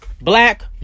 black